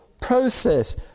process